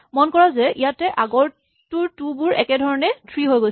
মন কৰা যে ইয়াত আগৰটোৰ টু বোৰ একেধৰণে থ্ৰী হৈছে